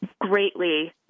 greatly